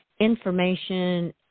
Information